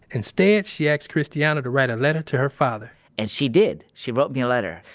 instead, she asked christiana to write a letter to her father and she did. she wrote me a letter.